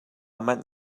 manh